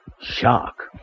shark